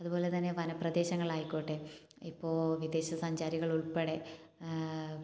അതുപോലെതന്നെ വനപ്രദേശങ്ങൾ ആയിക്കോട്ടെ ഇപ്പോൾ വിദേശസഞ്ചാരികൾ ഉൾപ്പെടെ